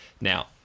Now